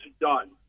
done